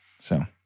So-